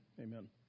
Amen